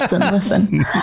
listen